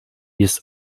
jest